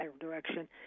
direction